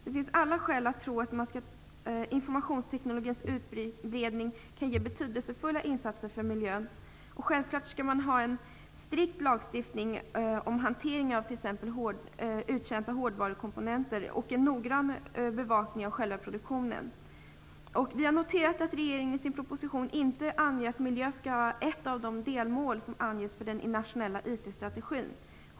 Det finns alla skäl att tro att informationsteknikens utbredning kan leda till betydelsefulla insatser för miljön. Självklart skall man dock ha en strikt lagstiftning om hanteringen av t.ex. uttjänta hårdvarukomponenter och en noggrann bevakning av själva produktionen. Vi har noterat att regeringen i sin proposition inte anger att miljö skall vara ett av delmålen för den internationella IT-strategin.